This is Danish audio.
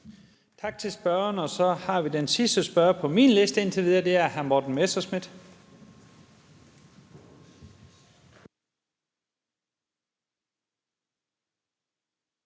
Tak til spørgeren, og så har vi den sidste spørger på min liste indtil videre. Det er hr. Morten Messerschmidt.